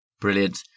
brilliant